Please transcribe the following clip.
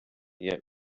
yet